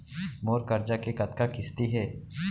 मोर करजा के कतका किस्ती हे?